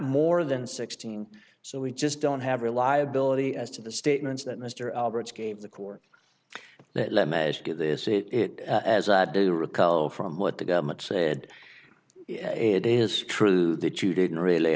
more than sixteen so we just don't have reliability as to the statements that mr alberts gave the court that let me get this it as i do recall from what the government said it is true that you didn't really